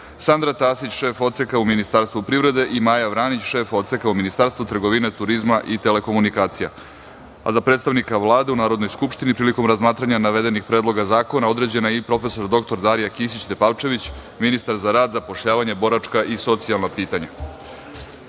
Sandra Tasić, šef Odseka u Ministarstvu privrede, i Maja Vranić, šef Odseka u Ministarstvu trgovine, turizma i telekomunikacija.Za predstavnika Vlade u Narodnoj skupštini, prilikom razmatranja navedenih predloga zakona, određena je i prof. dr Darija Kisić Tepavčević, ministar za rad, zapošljavanje, boračka i socijalna